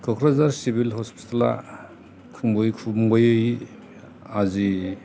Kokrajhar civil हस्पिटेला खुंबोयै खुंबोयै आजि